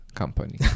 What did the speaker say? company